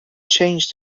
changed